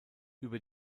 über